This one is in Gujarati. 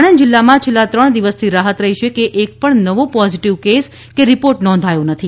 આણંદ જિલ્લામાં છેલ્લા ત્રણ દિવસથી રાહત રહી છે કે એક પણ નવો પોઝિટિવ કેસ કે રીપોર્ટ નોંધાયો નથી